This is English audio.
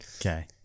Okay